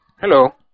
Hello